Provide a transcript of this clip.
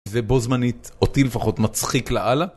זה בו זמנית אותי לפחות מצחיק לאללה